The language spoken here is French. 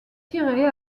tirées